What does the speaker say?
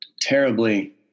Terribly